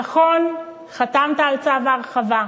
נכון, חתמת על צו ההרחבה.